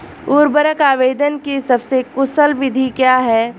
उर्वरक आवेदन की सबसे कुशल विधि क्या है?